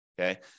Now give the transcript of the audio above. okay